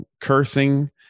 cursing